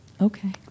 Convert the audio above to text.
Okay